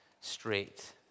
straight